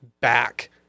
back